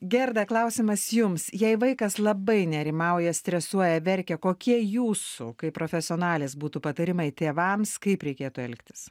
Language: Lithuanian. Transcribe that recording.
gerda klausimas jums jei vaikas labai nerimauja stresuoja verkia kokie jūsų kaip profesionalės būtų patarimai tėvams kaip reikėtų elgtis